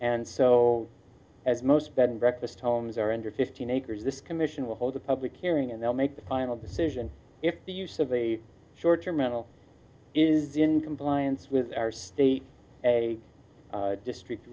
and so as most bed and breakfast homes are under fifteen acres this commission will hold a public hearing and they'll make the final decision if the use of a short terminal is in compliance with our state a district